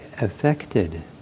affected